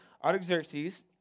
Artaxerxes